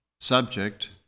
Subject